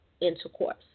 intercourse